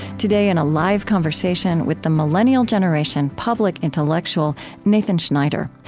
today, in a live conversation with the millennial generation public intellectual nathan schneider.